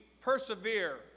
persevere